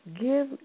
Give